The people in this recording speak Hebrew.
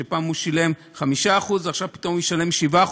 שפעם הוא שילם 5% ופתאום עכשיו הוא ישלם 7%,